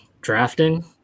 drafting